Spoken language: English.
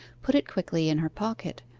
put it quickly in her pocket,